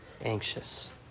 anxious